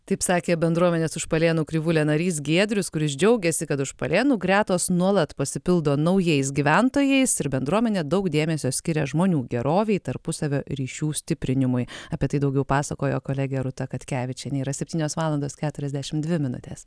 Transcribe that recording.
taip sakė bendruomenės užpalėnų krivūlė narys giedrius kuris džiaugėsi kad užpalėnų gretos nuolat pasipildo naujais gyventojais ir bendruomenė daug dėmesio skiria žmonių gerovei tarpusavio ryšių stiprinimui apie tai daugiau pasakojo kolegė rūta katkevičienė yra septynios valandos keturiasdešimt dvi minutės